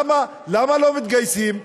למה לא מתגייסים?